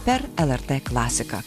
per lrt klasiką